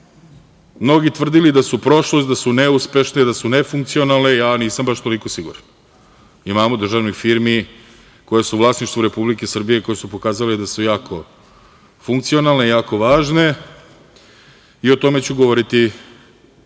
mnogi tvrdili da su prošlost, da su neuspešne, da su nefunkcionalne, nisam baš toliko siguran. Imamo državnih firmi koje su u vlasništvu Republike Srbije, koje su pokazale da su jako funkcionalne, jako važne i o tome ću govoriti u